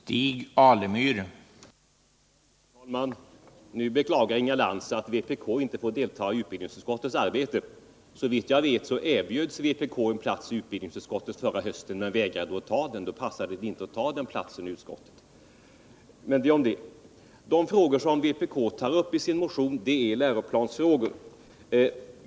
Herr talman! Nu beklagar Inga Lantz att vpk inte får delta i utbildningsutskottets arbete. Såvitt jag vet erbjöds vpk en plats i utbildningsutskottet förra hösten men vägrade att ta den. De frågor som vpk tar upp i sin motion är till allra största delen läroplansfrågor.